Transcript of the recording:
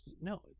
No